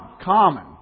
common